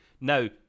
Now